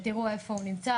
שתראו איפה הוא נמצא,